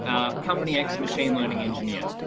ah company x machine learning engineer,